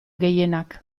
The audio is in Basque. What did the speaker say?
gehienak